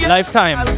Lifetime